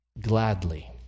gladly